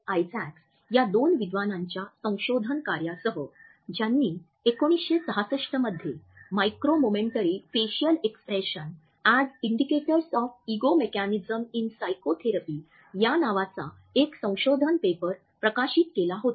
Isaacs या दोन विद्वानांच्या संशोधन कार्यासह ज्यांनी १९६६ मध्ये 'micro momentary facial expressions as indicators of ego mechanisms in psychotherapy' या नावाचा एक संशोधन पेपर प्रकाशित केला होता